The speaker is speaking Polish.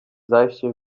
zajście